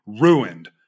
ruined